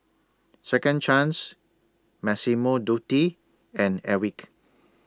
Second Chance Massimo Dutti and Airwick